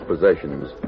possessions